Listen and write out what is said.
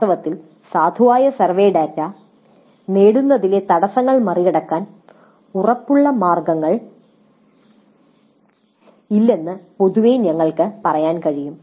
വാസ്തവത്തിൽ സാധുവായ survey data നേടുന്നതിലെ തടസ്സങ്ങളെ മറികടക്കാൻ ഉറപ്പുള്ള ഒരു മാർഗവുമില്ലെന്ന് പൊതുവേ ഞങ്ങൾക്ക് പറയാൻ കഴിയും